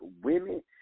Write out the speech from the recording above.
women